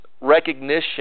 recognition